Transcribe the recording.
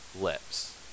lips